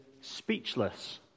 speechless